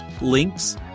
links